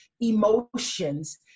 emotions